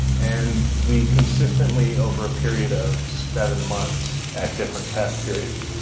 and we consistently, over a period of seven months at different test periods,